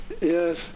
Yes